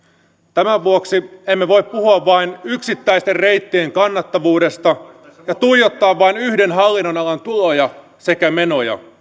tämän vuoksi emme voi puhua vain yksittäisten reittien kannattavuudesta ja tuijottaa vain yhden hallinnonalan tuloja sekä menoja